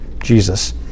Jesus